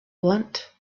want